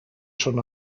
schon